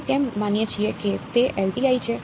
આપણે કેમ માનીએ છીએ કે તે LTI છે